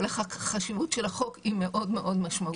אבל החשיבות של החוק היא מאוד משמעותית.